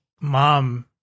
mom